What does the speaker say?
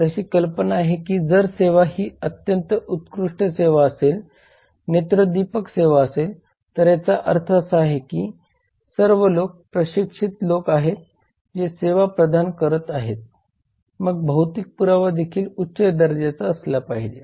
तर अशी कल्पना आहे की जर सेवा ही अत्यंत उत्कृष्ट सेवा असेल नेत्रदीपक सेवा असेल तर याचा अर्थ असा आहे की हे सर्व लोक प्रशिक्षित लोक आहेत जे सेवा प्रदान करत आहेत मग भौतिक पुरावा देखील उच्च दर्जाचा असला पाहिजे